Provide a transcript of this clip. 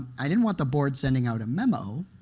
i didn't want the board sending out a memo,